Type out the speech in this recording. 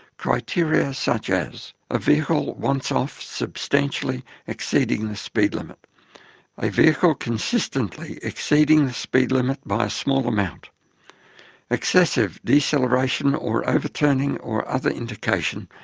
criteria such as a vehicle, once-off, substantially exceeding the speed limit a vehicle consistently exceeding the speed limit by a small amount excessive deceleration or overturning or other indication,